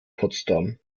potsdam